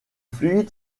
fluide